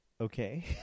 Okay